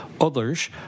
Others